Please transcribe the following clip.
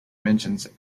mentions